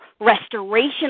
restoration